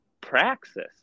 praxis